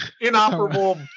Inoperable